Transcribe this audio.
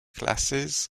classes